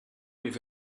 with